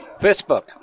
Facebook